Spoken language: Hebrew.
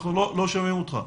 אנחנו לא שומעים אותך.